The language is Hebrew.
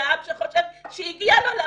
מהעם, שחושבים שהגיע לו למות,